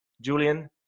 Julian